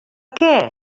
què